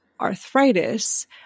arthritis